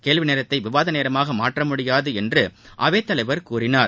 கேள்வி நேரத்தை விவாத நேரமாக மாற்ற முடியாது என்று அவைத் தலைவர் கூறினார்